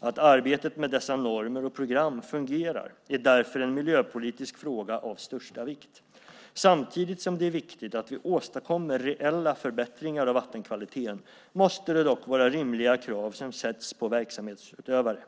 Att arbetet med dessa normer och program fungerar är därför en miljöpolitisk fråga av största vikt. Samtidigt som det är viktigt att vi åstadkommer reella förbättringar av vattenkvaliteten måste det dock vara rimliga krav som ställs på verksamhetsutövare.